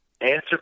answer